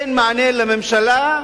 אין מענה לממשלה,